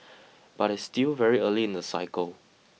but it's still very early in the cycle